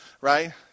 right